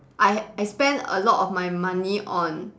I I spend a lot of my money on